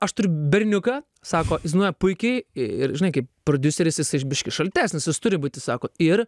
aš turiu berniuką sako jis dainuoja puikiai ir žinai kaip prodiuseris jisai biškį šaltesnis jis turi būti sako ir